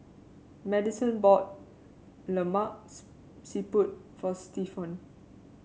Madyson bought Lemak Siput for Stephon